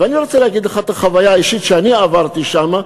ואני רוצה לספר לך את החוויה האישית שאני עברתי שם.